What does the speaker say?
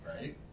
Right